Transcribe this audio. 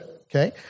okay